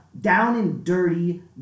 down-and-dirty